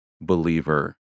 believer